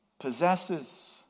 Possesses